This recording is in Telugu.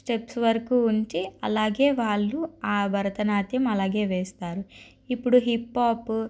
స్టెప్స్ వరకు ఉంచి అలాగే వాళ్ళు ఆ భరతనాట్యం అలాగే వేస్తారు ఇప్పుడు హిప్ పాప్